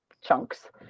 chunks